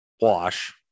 wash